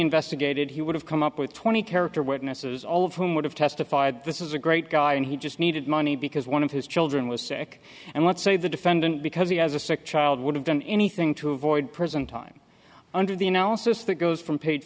investigated he would have come up with twenty character witnesses all of whom would have testified this is a great guy and he just needed money because one of his children was sick and let's say the defendant because he has a sick child would have done anything to avoid prison time under the analysis that goes from pa